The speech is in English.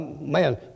Man